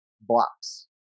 blocks